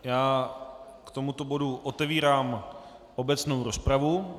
K tomuto bodu otevírám obecnou rozpravu.